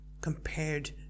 compared